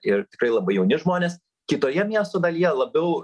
ir tikrai labai jauni žmonės kitoje miesto dalyje labiau